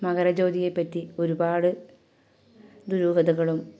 മകരജ്യോതിയെപ്പറ്റി ഒരുപാട് ദുരൂഹതകളും